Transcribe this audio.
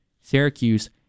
Syracuse